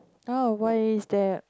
oh why is that